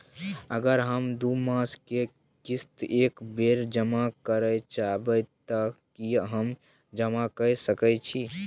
अगर हम दू मास के किस्त एक बेर जमा करे चाहबे तय की हम जमा कय सके छि?